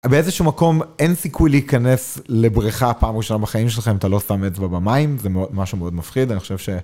באיזשהו מקום אין סיכוי להיכנס לבריכה פעם ראשונה בחיים שלכם, אתה לא שם אצבע במים, זה משהו מאוד מפחיד, אני חושב ש...